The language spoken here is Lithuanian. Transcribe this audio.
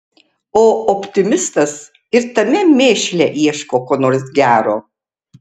o optimistas ir tame mėšle ieško ko nors gero